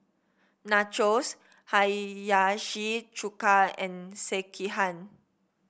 Nachos Hiyashi Chuka and Sekihan